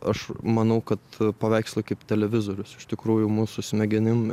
aš manau kad paveikslai kaip televizorius iš tikrųjų mūsų smegenim